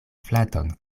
flaton